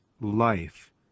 life